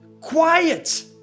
quiet